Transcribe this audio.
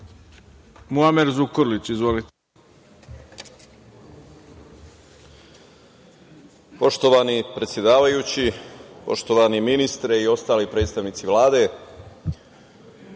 Muamer Zukorlić. Izvolite.